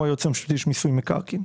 הוא היועץ המשפטי של מיסוי מקרקעין.